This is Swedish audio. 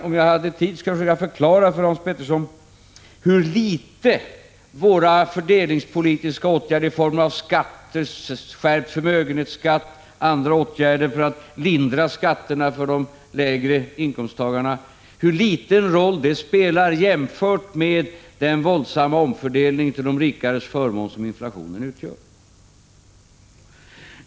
Om jag hade tid skulle jag försöka förklara för Hans Petersson hur liten roll våra fördelningspolitiska åtgärder, i form av skatter, skärpt förmögenhetsskatt och andra åtgärder för att lindra skatterna för de lägre inkomsttagarna, spelar jämfört med den våldsamma omfördelning till de rikares förmån som inflationen utgör.